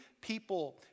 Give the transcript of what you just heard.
people